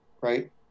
Right